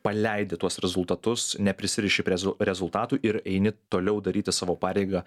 paleidi tuos rezultatus neprisiriši prie rezultatų ir eini toliau daryti savo pareigą